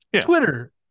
Twitter